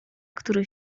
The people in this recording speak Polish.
który